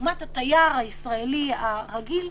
לעומת התייר הישראלי הרגיל,